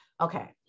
Okay